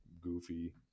goofy